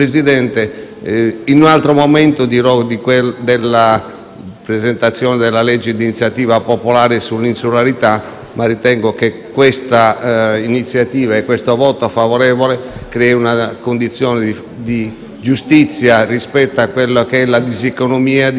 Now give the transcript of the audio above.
presentazione del provvedimento di iniziativa popolare sull'insularità, ma ritengo che questa iniziativa e questo voto favorevole crei una condizione di giustizia rispetto a quella che è la diseconomia di vivere in un'isola. Chiedo all'Assemblea di leggerlo e interpretarlo;